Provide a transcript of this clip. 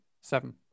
Seven